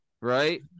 right